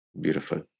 Beautiful